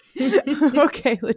Okay